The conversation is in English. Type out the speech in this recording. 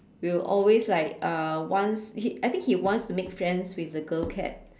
we'll always like uh wants he I think he wants to make friends with the girl cat